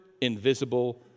invisible